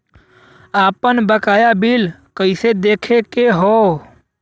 आपन बकाया बिल कइसे देखे के हौ?